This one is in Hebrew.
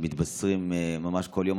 מתבשרים ממש כל יום,